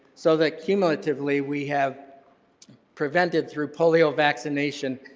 so that cumulatively we have prevented through polio vaccination,